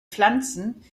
pflanzen